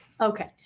Okay